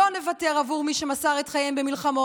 לא נוותר עבור מי שמסר את חייו במלחמות,